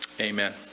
amen